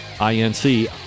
I-N-C